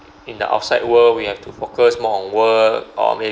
in the outside world we have to focus more on work or may~